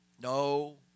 No